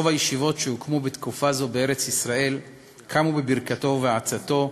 רוב הישיבות שהוקמו בתקופה זו בארץ-ישראל קמו בברכתו ובעצתו,